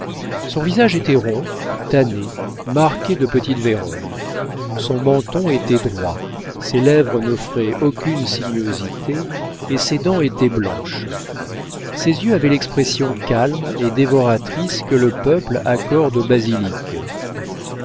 son visage était rond tanné marqué de petite vérole son menton était droit ses lèvres n'offraient aucune sinuosité et ses dents étaient blanches ses yeux avaient l'expression calme et dévoratrice que le peuple accorde au basilic